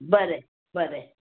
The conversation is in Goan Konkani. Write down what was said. बरें बरें